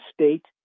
state